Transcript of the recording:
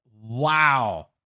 Wow